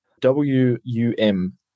W-U-M